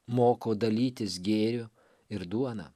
moko dalytis gėriu ir duona